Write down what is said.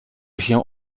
się